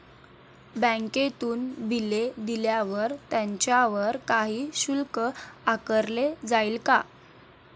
बँकेतून बिले दिल्यावर त्याच्यावर काही शुल्क आकारले जाईल का?